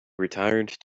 retired